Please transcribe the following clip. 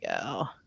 go